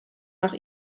nach